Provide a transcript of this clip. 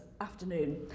afternoon